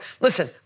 listen